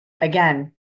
again